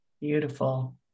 Beautiful